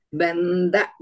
benda